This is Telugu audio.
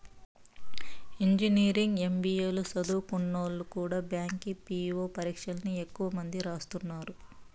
ఇంజనీరింగ్, ఎం.బి.ఏ లు సదుంకున్నోల్లు కూడా బ్యాంకి పీ.వో పరీచ్చల్ని ఎక్కువ మంది రాస్తున్నారు